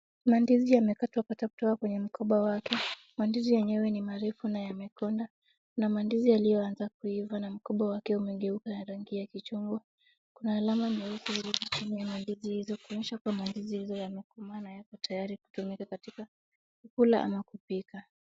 Mandizi yamekatwa kutoka kwenye mgomba wake. Mandizi yenyewe ni marefu na yamekonda, na mandizi yaliyoanza kuiva na mgomba wake imengeuka kwa rangi ya kichungwa. Kuna alama nyeupe kwenye mandizi hizo, kuonyesha mandizi hiyo yamekomaa na yako tayari katika kula na kupika.